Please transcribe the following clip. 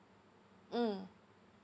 mm